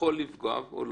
שיכול לפגוע?